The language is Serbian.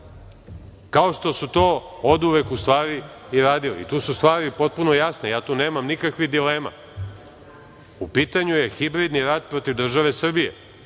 kao što su to oduvek radili i tu su stvari potpuno jasne i nemam nikakvih dilema.U pitanju je hibridni rat protiv države Srbije,